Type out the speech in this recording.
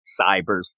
cybers